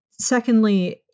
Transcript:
secondly